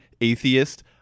atheist